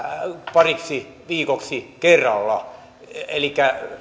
pariksi viikoksi kerrallaan elikkä